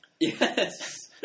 Yes